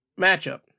matchup